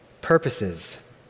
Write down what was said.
purposes